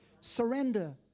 Surrender